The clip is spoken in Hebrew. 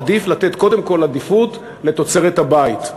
עדיף לתת קודם כול עדיפות לתוצרת הבית,